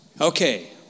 Okay